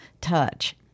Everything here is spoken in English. touch